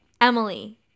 Emily